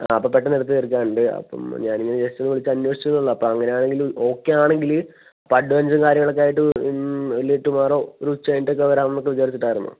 ആ അപ്പം പെട്ടെന്ന് എടുത്ത് തീർക്കാനുണ്ട് അപ്പം ഞാനിങ്ങനെ ജെസ്റ്റൊന്ന് വിളിച്ച് അന്വേഷിച്ചുവെന്നേ ഉള്ളൂ ആപ്പം അങ്ങനെയാണെങ്കിൽ ഓക്കെയാണെങ്കിൽ ഇപ്പം അഡ്വാൻസും കാര്യങ്ങളും ഒക്കെ ആയിട്ട് ഒന്നുകിൽ ടുമാറോ ഒരു ഉച്ച കഴിഞ്ഞിട്ടൊക്കെ വരാമെന്നൊക്കെ വിചാരിച്ചിട്ടായിരുന്നു